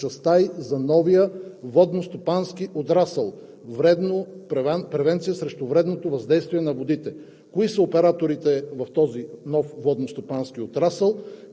приета през 2012 г. от правителството на ГЕРБ, в частта ѝ за новия водностопански отрасъл „Превенция срещу вредното въздействие на водите“;